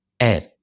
Add